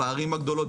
בערים הגדולות,